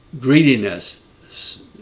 greediness